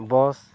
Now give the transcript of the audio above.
bus